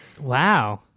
Wow